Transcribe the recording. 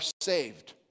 saved